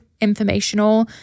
informational